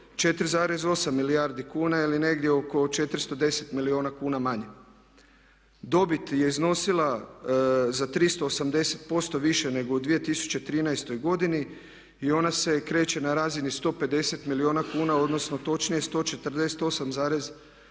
4,8 milijardi kuna ili negdje oko 410 milijuna kuna manje. Dobit je iznosila za 380% više nego u 2013. godini i ona se kreće na razini 150 milijuna kuna odnosno točnije 148,24 milijuna